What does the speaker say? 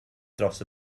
dros